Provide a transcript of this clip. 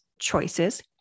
choices